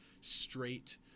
straight